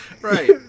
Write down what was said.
Right